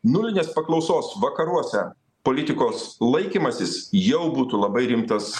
nulinės paklausos vakaruose politikos laikymasis jau būtų labai rimtas